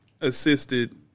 assisted